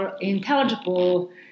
intelligible